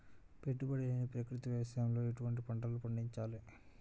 పెట్టుబడి లేని ప్రకృతి వ్యవసాయంలో ఎటువంటి పంటలు పండించాలి?